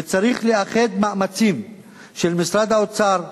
וצריך לאחד מאמצים של משרד האוצר,